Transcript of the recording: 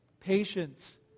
patience